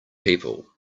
people